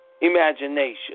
imagination